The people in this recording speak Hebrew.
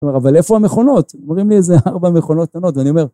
אבל איפה המכונות? אומרים לי זה ארבע מכונות קטנות ואני אומר...